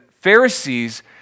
Pharisees